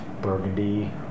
Burgundy